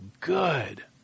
good